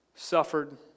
suffered